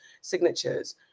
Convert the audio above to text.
signatures